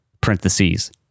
parentheses